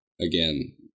again